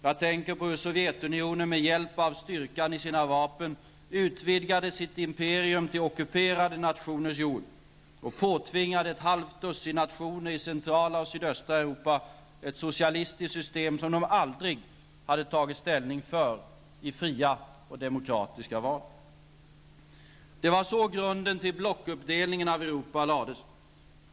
Jag tänker på hur Sovjetunionen med hjälp av styrkan i sina vapen utvidgade sitt imperium till ockuperade nationers jord och påtvingade ett halvt dussin nationer i centrala och sydöstra Europa ett socialistiskt system som de aldrig hade tagit ställning för i fria och demokratiska val. Det var så grunden till blockuppdelningen av Europa lades.